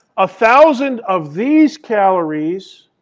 a thousand of these calories